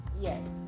yes